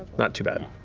not too bad.